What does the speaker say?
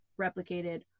replicated